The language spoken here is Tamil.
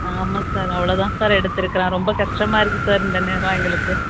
ஆமாம் சார் அவ்வளோதான் சார் எடுத்துஇருக்குறான் ரொம்ப கஷ்டமாக இருக்கு சார் இந்த நேரம் எங்களுக்கு